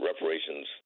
reparations